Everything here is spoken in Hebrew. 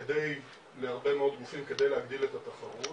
כדי להגביל את התחרות,